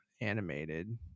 animated